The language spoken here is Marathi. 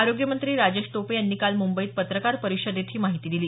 आरोग्यमंत्री राजेश टोपे यांनी काल मुंबईत पत्रकार परिषदेत ही माहिती दिली